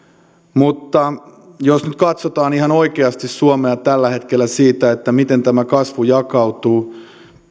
jos nyt katsotaan ihan oikeasti suomea tällä hetkellä siitä näkökulmasta miten tämä kasvu jakautuu